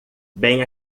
bem